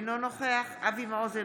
אינו נוכח אבי מעוז,